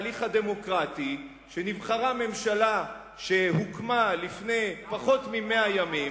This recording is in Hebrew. ומקבלים את התהליך הדמוקרטי שנבחרה ממשלה שהוקמה לפני פחות מ-100 ימים,